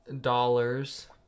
dollars